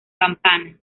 campana